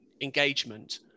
engagement